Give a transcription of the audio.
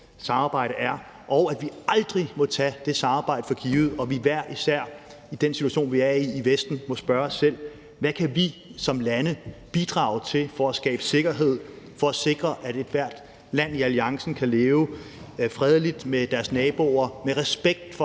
samarbejde er, og at vi aldrig må tage det samarbejde for givet, og at vi hver især i den situation, vi er i i Vesten, må spørge os selv: Hvad kan vi som lande bidrage med for at skabe sikkerhed, for at sikre, at ethvert land i alliancen kan leve fredeligt med deres naboer med respekt for